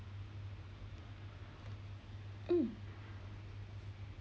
mm